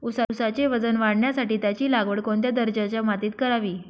ऊसाचे वजन वाढवण्यासाठी त्याची लागवड कोणत्या दर्जाच्या मातीत करावी?